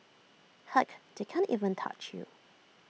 heck they can't even touch you